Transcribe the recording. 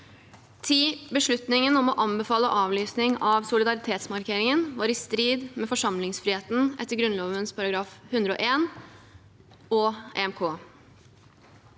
10. Beslutningen om å anbefale avlysning av solidaritetsmarkeringen var i strid med forsamlingsfriheten etter Grunnloven § 101 og EMK